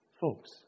folks